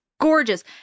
gorgeous